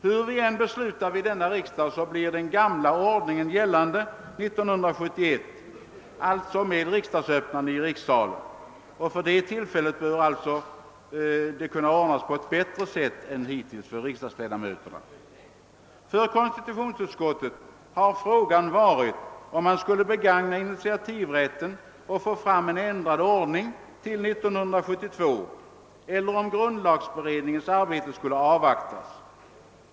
Hur vi än beslutar vid denna riksdag, blir den gamla ordningen gällande 1971, alltså med riksdagsöppnande i rikssalen. För detta tillfälle bör det kunna ordnas på ett bättre sätt än hittills för riksdagsledamöterna. För konstitutionsutskottet har frågan varit om man skulle begagna initiativrätten och få fram en ändrad ordning till 1972 eller om grundlagberedningens arbete skulle avvaktas.